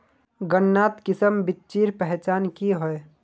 गन्नात किसम बिच्चिर पहचान की होय?